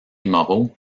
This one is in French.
moreau